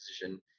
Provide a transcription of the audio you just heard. position